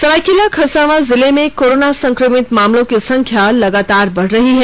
सरायकेला खरसावां जिले में कोरोना संक्रमित मामलों की संख्या लगातार बढ़ रही है